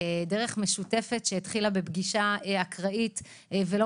דרך משותפת שהתחילה בפגישה אקראית ולא